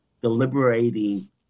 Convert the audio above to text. deliberating